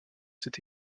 cette